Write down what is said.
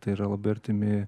tai yra labai artimi